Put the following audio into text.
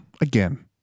again